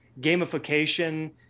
gamification